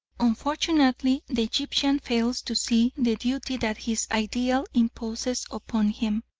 unfortunately the egyptian fails to see the duty that his ideal imposes upon him,